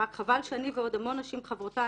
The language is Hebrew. רק חבל שאני ועוד המון נשים חברותיי,